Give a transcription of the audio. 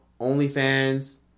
OnlyFans